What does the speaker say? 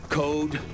code